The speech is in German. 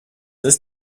ist